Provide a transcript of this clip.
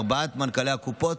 ארבעת מנכ"לי הקופות,